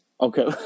Okay